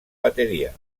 batería